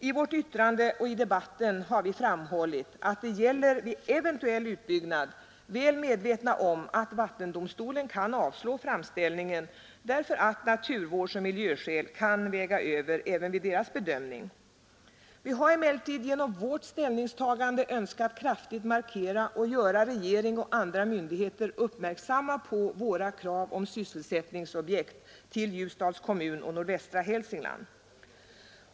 I vårt yttrande och i debatten har vi framhållit att det gäller en eventuell utbyggnad, väl medvetna om att vattendomstolen kan avslå bedömningen. Vi har emellertid genom vårt ställningstagande önskat kraftigt markera och göra regering och andra myndigheter uppmärksamma på våra krav på sysselsättningsobjekt till Ljusdals kommun och nordvästra Hälsingland.